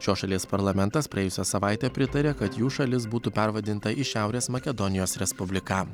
šios šalies parlamentas praėjusią savaitę pritarė kad jų šalis būtų pervadinta į šiaurės makedonijos respubliką